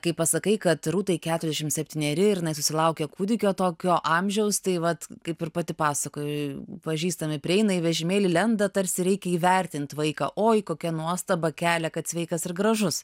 kai pasakai kad rūtai keturiasdešim septyneri ir susilaukė kūdikio tokio amžiaus tai vat kaip ir pati pasakojai pažįstami prieina į vežimėlį lenda tarsi reikia įvertint vaiką oi kokią nuostabą kelia kad sveikas ir gražus